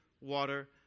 water